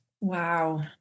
Wow